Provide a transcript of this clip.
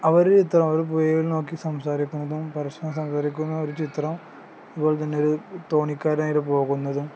അവർ ചിത്രം അവർ പുഴയിൽ നോക്കി സംസാരിക്കുന്നതും പരസ്പരം സംസാരിക്കുന്ന ഒരു ചിത്രം അതുപോലെത്തന്നെ ഒരു തോണിക്കാരൻ അതിലെ പോകുന്നതും